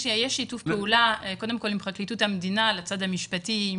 יש שיתוף פעולה קודם כל עם פרקליטות המדינה לצד המשפטי,